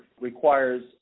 requires